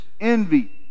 envy